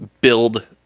build